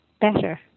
better